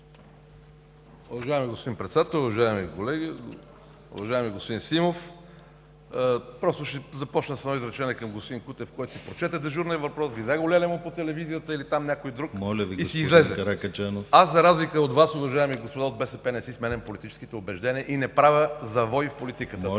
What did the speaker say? Моля Ви, господин Каракачанов!